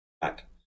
back